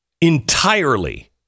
entirely